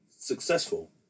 successful